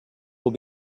will